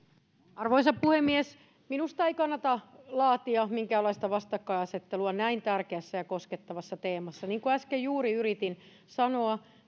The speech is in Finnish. arvoisa puhemies minusta ei kannata laatia minkäänlaista vastakkainasettelua näin tärkeässä ja koskettavassa teemassa niin kuin äsken juuri yritin sanoa